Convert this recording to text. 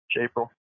April